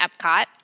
Epcot